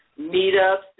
meetups